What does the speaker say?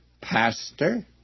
pastor